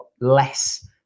less